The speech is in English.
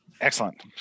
Excellent